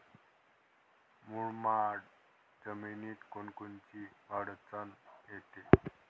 मुरमाड जमीनीत कोनकोनची अडचन येते?